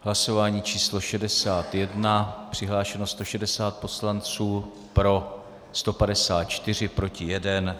Hlasování číslo 61, přihlášeno 160 poslanců, pro 154, proti 1.